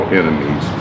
enemies